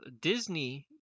Disney